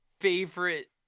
favorite